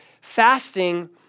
fasting